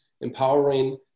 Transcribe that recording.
empowering